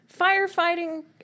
firefighting